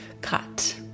cut